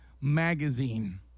magazine